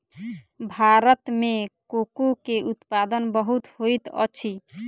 भारत में कोको के उत्पादन बहुत होइत अछि